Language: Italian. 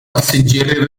passeggeri